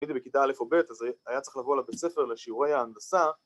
‫הייתי בכיתה א' או ב', אז היה צריך ‫לבוא לבית ספר לשיעורי ההנדסה